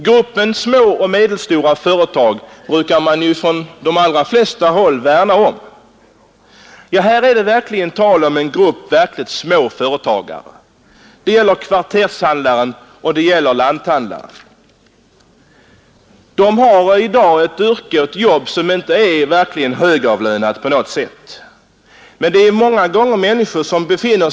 Gruppen små och medelstora företag brukar man på de flesta håll värna om. Här är det verkligen fråga om en grupp små företagare; det gäller kvartershandlaren och lanthandlaren. De har inte något högavlönat arbete.